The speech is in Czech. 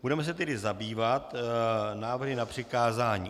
Budeme se tedy zabývat návrhy na přikázání.